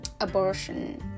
abortion